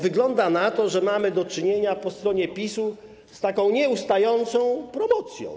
Wygląda na to, że mamy do czynienia po stronie PiS-u z taką nieustającą promocją.